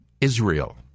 Israel